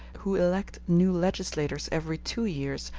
who elect new legislators every two years,